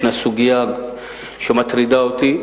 ישנה סוגיה שמטרידה אותי: